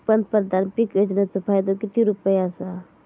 पंतप्रधान पीक योजनेचो फायदो किती रुपये आसा?